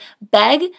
beg